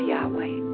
Yahweh